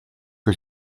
que